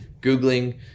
googling